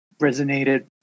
resonated